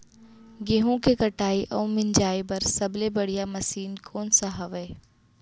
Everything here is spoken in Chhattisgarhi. गेहूँ के कटाई अऊ मिंजाई बर सबले बढ़िया मशीन कोन सा हवये?